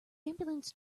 ambulance